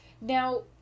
Now